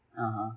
uh h(uh)